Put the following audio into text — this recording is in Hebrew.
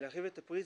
להרחיב את הפריזמה.